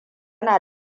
na